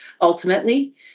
ultimately